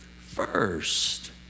first